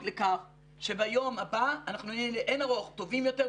לכך שביום הבא אנחנו נהיה לאין ערוך טובים יותר,